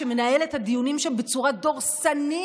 שמנהל את הדיונים שם בצורה דורסנית